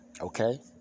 Okay